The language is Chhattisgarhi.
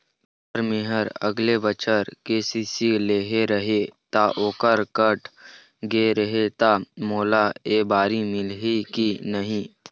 सर मेहर अगले बछर के.सी.सी लेहे रहें ता ओहर कट गे हे ता मोला एबारी मिलही की नहीं?